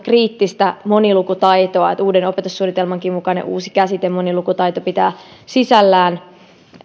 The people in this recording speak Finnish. kriittistä monilukutaitoa uuden opetussuunnitelmankin mukainen uusi käsite monilukutaito pitää sisällään